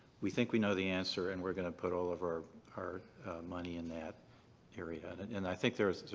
we think we know the answer and we're going to put all of our our money in that area and and and i think there's.